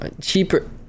cheaper